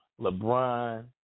LeBron